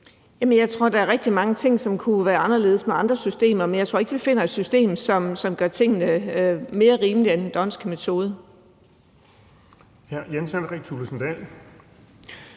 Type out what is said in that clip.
jeg tror, at der er rigtig mange ting, som kunne være anderledes med andre systemer, men jeg tror ikke, at vi finder et system, som gør tingene mere rimelige, end den d'Hondtske metode gør. Kl. 17:48 Den fg.